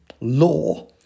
law